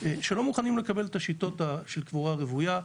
שלא מוכנים לקבל את השיטות של קבורה רוויה,